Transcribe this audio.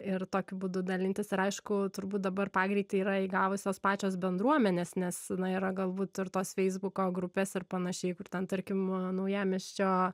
ir tokiu būdu dalintis ir aišku turbūt dabar pagreitį yra įgavusios pačios bendruomenės nes yra galbūt ir tos feisbuko grupės ir panašiai kur ten tarkim naujamiesčio